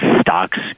stocks